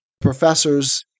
professors